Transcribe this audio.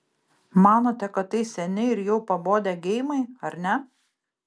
manote kad tai seni ir jau pabodę geimai ar ne